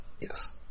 Yes